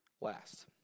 Last